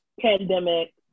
pandemic